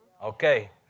Okay